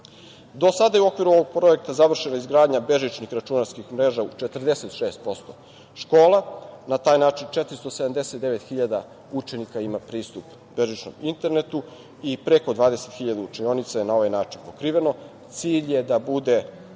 sada je u okviru ovog projekta završena izgradnja bežičnih računarskih mreža u 46% škola. Na taj način 479.000 učenika ima pristup bežičnom internetu i preko 20.000 učionica je na ovaj način pokriveno. Cilj je da bude